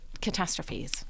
Catastrophes